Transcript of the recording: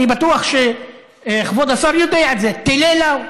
אני בטוח שכבוד השר יודע את זה, טילי לאו.